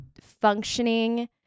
functioning